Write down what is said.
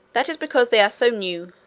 that is because they are so new.